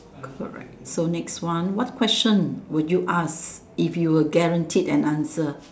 correct so next one what question would you ask if you're guaranteed that answer